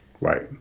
Right